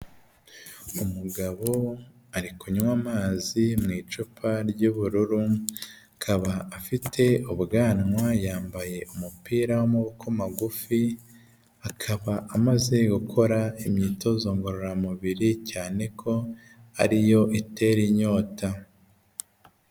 Umugabo ari kunywa amazi mu icupa ry'ubururu akaba afite ubwanwa, yambaye umupira w'amaboko magufi, akaba amaze gukora imyitozo ngororamubiri cyane ko ari yo itera inyota.